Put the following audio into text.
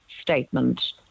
statement